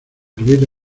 hervir